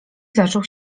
zaczął